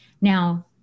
Now